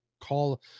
call